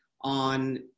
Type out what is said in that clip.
on